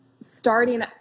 starting